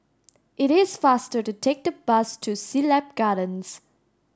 it is faster to take the bus to Siglap Gardens